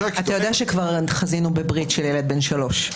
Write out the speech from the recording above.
אתה יודע שכבר חזינו בברית של ילד בן שלוש.